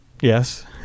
Yes